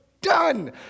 Done